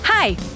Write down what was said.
Hi